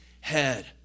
head